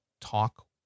talk